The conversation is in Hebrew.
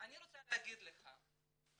אני רוצה להגיד לך שהיום,